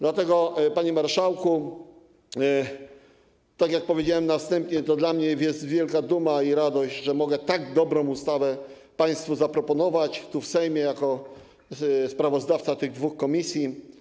Dlatego, panie marszałku, tak jak powiedziałem na wstępie, to dla mnie jest wielka duma i radość, że mogę tak dobrą ustawę państwu zaproponować tu, w Sejmie, jako sprawozdawca dwóch komisji.